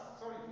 Sorry